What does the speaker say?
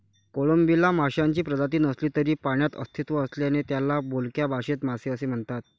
कोळंबीला माशांची प्रजाती नसली तरी पाण्यात अस्तित्व असल्याने त्याला बोलक्या भाषेत मासे असे म्हणतात